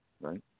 right